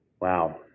Wow